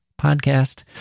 podcast